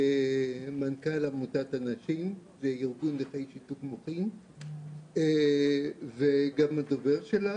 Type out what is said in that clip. כמנכ"ל עמותת הנכים וארגון נכי שיתוק מוחין וגם הדובר שלה